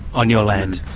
on your land.